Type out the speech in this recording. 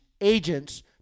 agents